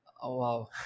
Wow